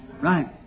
Right